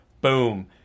boom